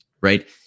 Right